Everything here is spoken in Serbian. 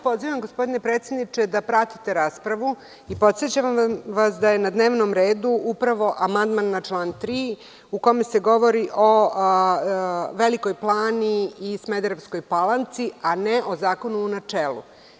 Pozivam vas, gospodine predsedniče, da pratite raspravu i podsećam vas da je na dnevnom redu amandman na član 3. u kome se govori o Velikoj Plani i Smederevskoj Palanci, a ne o zakonu u načelu.